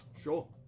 Sure